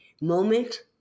moment